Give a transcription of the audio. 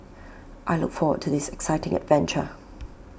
I look forward to this exciting venture